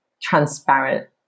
transparent